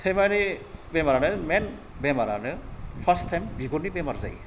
सैमानि बेमारानो मेन बेमार फोर्सथ टाइम बिगुरनि बेमार जायो